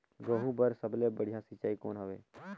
गहूं बर सबले बढ़िया सिंचाई कौन हवय?